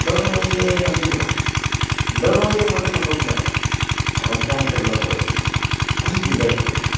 உடல் நோயை நம்பிடலாம் உள்ள நோயை மட்டும் நம்பக் கூடாது அவன் கேன்சரில் கூட இருக்கலாம் டிபியில் இருக்கலாம்